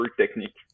technique